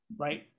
right